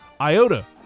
Iota